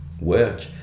work